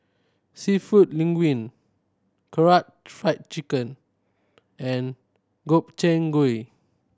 Seafood Linguine Karaage Fried Chicken and Gobchang Gui